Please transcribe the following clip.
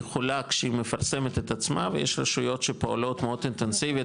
יכולה כשהיא מפרסמת את עצמה ויש רשויות שפועלות מאוד אינטנסיבית,